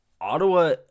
Ottawa